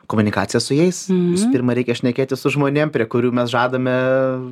komunikaciją su jais visų pirma reikia šnekėtis su žmonėms prie kurių mes žadame gyventi ir statyti